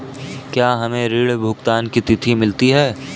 क्या हमें ऋण भुगतान की तिथि मिलती है?